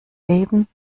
leben